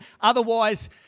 Otherwise